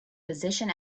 position